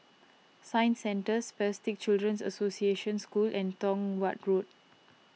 Science Centre Spastic Children's Association School and Tong Watt Road